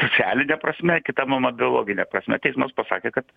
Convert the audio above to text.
socialine prasme kita mama biologine prasme teismas pasakė kad